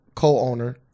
Co-owner